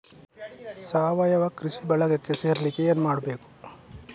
ಸಾವಯವ ಕೃಷಿ ಬಳಗಕ್ಕೆ ಸೇರ್ಲಿಕ್ಕೆ ಏನು ಮಾಡ್ಬೇಕು?